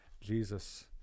Jesus